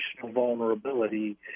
vulnerability